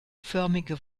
förmige